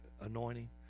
anointing